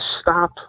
stop